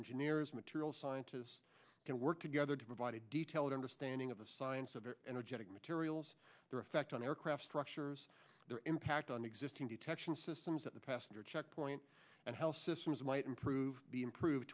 engineers materials scientists can work together to provide a detailed understanding of the science of energetic materials their effect on aircraft structures their impact on existing detection systems at the passenger checkpoint and how systems might improve be improved